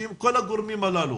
שאם כל הגורמים הללו